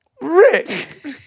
Rick